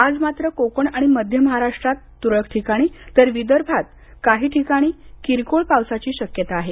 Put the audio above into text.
आज मात्र कोकण आणि मध्य महाराष्ट्रात तुरळक ठिकाणी तर विदर्भात काही ठिकाणी किरकोळ पावसाचीच शक्यता आहे